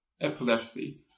epilepsy